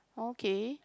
okay